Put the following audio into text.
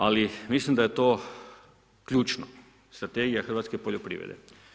Ali, mislim da je to ključno, strategija hrvatske poljoprivrede.